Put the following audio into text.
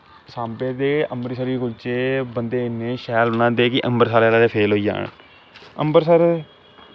सांबे दे अमरतसरी कुल्चे बंदे इन्ने शैल बनांदे कि अम्बरसरी गै फील होई जान अम्बरसर